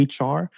HR